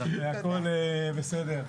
הכול בסדר.